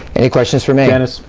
any questions for me? dennis,